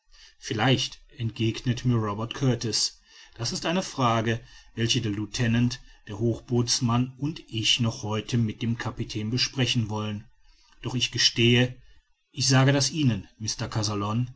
vielleicht entgegnet mir robert kurtis das ist eine frage welche der lieutenant der hochbootsmann und ich noch heute mit dem kapitän besprechen wollen doch ich gestehe ich sage das ihnen